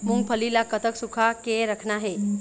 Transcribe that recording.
मूंगफली ला कतक सूखा के रखना हे?